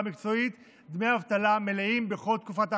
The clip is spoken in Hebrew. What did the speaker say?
מקצועית לקבל דמי אבטלה מלאים בכל תקופת ההכשרה.